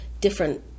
different